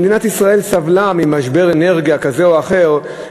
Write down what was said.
שמדינת ישראל סבלה ממשבר אנרגיה כזה או אחר,